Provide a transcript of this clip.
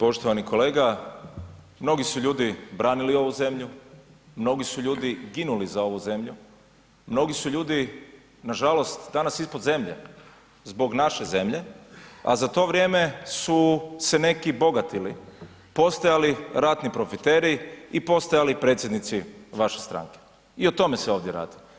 Poštovani kolega, mnogi su ljudi branili ovu zemlju, mnogi su ljudi ginuli za ovu zemlju, mnogi su ljudi nažalost danas ispod zemlje zbog naše zemlje a za to vrijeme su se neki bogatili, postojali ratni profiteri i postajali predsjednici vaše stranke, i o tome se ovdje radi.